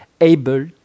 able